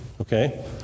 okay